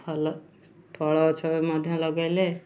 ଭଲ ଫଳ ଗଛ ମଧ୍ୟ ଲଗାଇଲେ